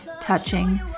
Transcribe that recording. touching